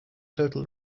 total